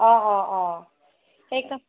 অঁ অঁ অঁ সেইকাৰণে